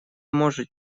может